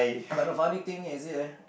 but the funny thing is uh